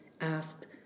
asked